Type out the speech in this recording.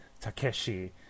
Takeshi